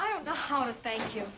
i don't know how to thank you